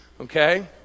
Okay